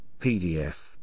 PDF